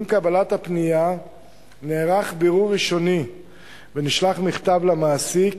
עם קבלת הפנייה נערך בירור ראשוני ונשלח למעסיק